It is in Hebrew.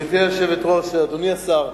גברתי היושבת-ראש, אדוני השר,